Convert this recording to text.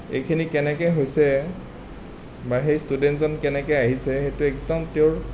এইখিনি কেনেকে হৈছে বা সেই ষ্টুডেণ্টজন কেনেকৈ আহিছে সেইটো একদম তেওঁৰ